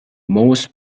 most